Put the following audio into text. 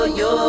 yo